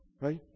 Right